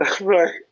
Right